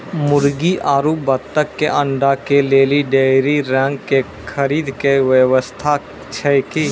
मुर्गी आरु बत्तक के अंडा के लेली डेयरी रंग के खरीद के व्यवस्था छै कि?